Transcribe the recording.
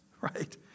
right